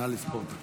נא לספור את הקולות.